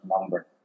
number